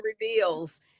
reveals